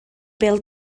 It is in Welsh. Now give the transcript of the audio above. bêl